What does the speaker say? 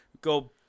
go